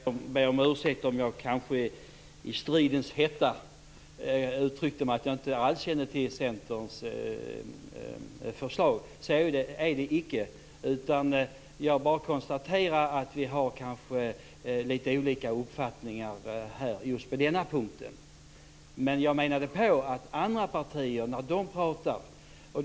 Fru talman! Jag ber om ursäkt om jag i stridens hetta uttryckte att jag inte alls kände till Centerns förslag. Så är det icke. Jag konstaterar att vi har litet olika uppfattningar just på denna punkt. Jag avsåg hur andra partier uttalar sig.